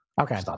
Okay